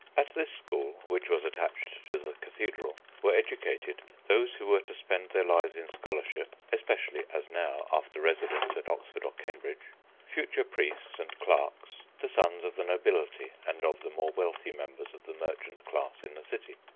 at this school, which was attached to the cathedral, were educated those who were to spend their lives in scholarship, especially, as now, after residence at oxford or cambridge future priests and clerks the sons of the nobility and of the more wealthy members of the merchant class in the city.